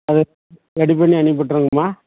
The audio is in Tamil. அது ரெடி பண்ணி அனுப்புட்டுடுறேங்கம்மா